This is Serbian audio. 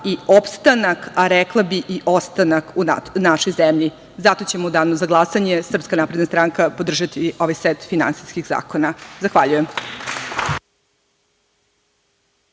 i opstanak, a rekla bih i ostanak u našoj zemlji, zato će u danu za glasanje SNS podržati ovaj set finansijskih zakona. Zahvaljujem.